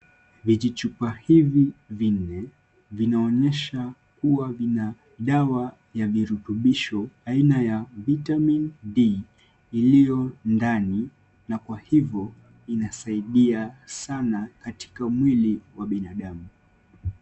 Vijichupa hivi vinne, vinaonyesha kuwa vina dawa ya virudubisho aina ya vitamin D , iliyo ndani na kwa hivyo inasaidia sana katika mwili wa binadamu.